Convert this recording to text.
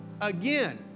again